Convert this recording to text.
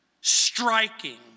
Striking